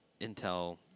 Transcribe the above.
Intel